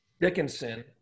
Dickinson